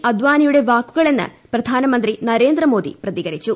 അദാനിയുടെ വാക്കുകളെന്ന് പ്രധാനമന്ത്രി നരേന്ദ്രമോദി പ്രതികരിച്ചു